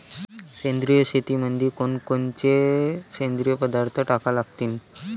सेंद्रिय शेतीमंदी कोनकोनचे सेंद्रिय पदार्थ टाका लागतीन?